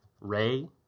Ray